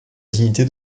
dignité